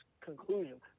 conclusion